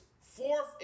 fourth